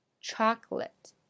chocolate